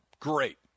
Great